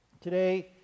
Today